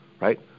right